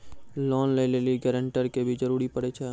Loan लै लेली guarantor के भी जरूरी पड़ै छै?